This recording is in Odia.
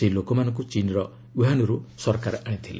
ସେହି ଲୋକମାନଙ୍କୁ ଚୀନ୍ର ଓ୍ୱହାନରୁ ସରକାର ଆଣିଥିଲେ